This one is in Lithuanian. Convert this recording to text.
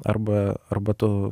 arba arba tu